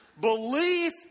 Belief